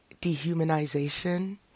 dehumanization